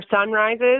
sunrises